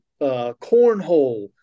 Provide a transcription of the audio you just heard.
cornhole